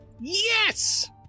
Yes